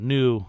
New